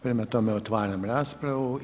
Prema tome, otvaram raspravu.